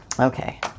Okay